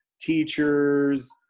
teachers